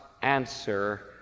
answer